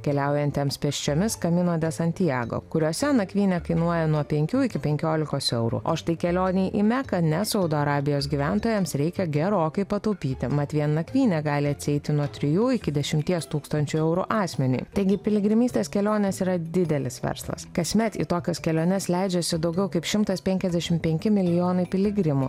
keliaujantiems pėsčiomis kamino de santiago kuriose nakvynė kainuoja nuo penkių iki penkiolikos eurų o štai kelionei į meką ne saudo arabijos gyventojams reikia gerokai pataupyti mat vien nakvynė gali atsieiti nuo trijų iki dešimties tūkstančių eurų asmeniui taigi piligrimystės kelionės yra didelis verslas kasmet į tokias keliones leidžiasi daugiau kaip šimtas penkiasdešim penki milijonai piligrimų